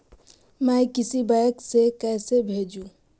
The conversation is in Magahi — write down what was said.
मैं किसी बैंक से कैसे भेजेऊ